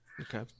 okay